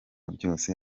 byose